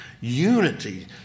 unity